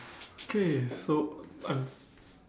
okay so I'm